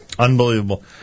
Unbelievable